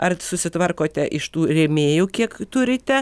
ar susitvarkote iš tų rėmėjų kiek turite